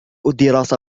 الدراسة